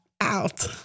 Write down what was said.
out